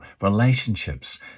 relationships